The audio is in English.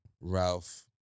Ralph